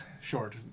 short